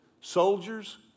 soldiers